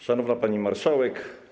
Szanowna Pani Marszałek!